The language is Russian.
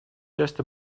часто